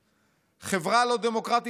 חברה לא דמוקרטית אחת